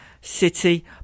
City